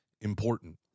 important